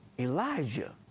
Elijah